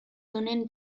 honen